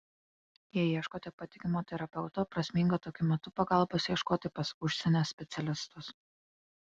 jei ieškote patikimo terapeuto prasminga tokiu metu pagalbos ieškoti pas užsienio specialistus